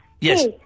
Yes